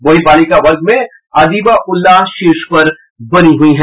वहीं बालिका वर्ग में अदिबाउल्लाह शीर्ष पर बनी हुयी हैं